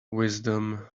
wisdom